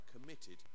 committed